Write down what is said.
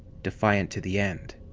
defiant to the end.